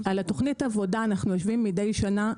על תוכנית העבודה אנחנו יושבים מדי שנה,